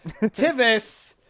Tivis